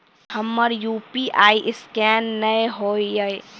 हमर UPI scan नेय हो या?